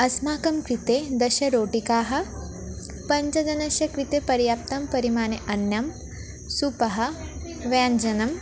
अस्माकं कृते दश रोटिकाः पञ्च जनस्य कृते पर्याप्तं परिमाणे अन्नं सूपः व्यञ्जनम्